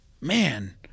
Man